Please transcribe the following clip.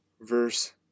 verse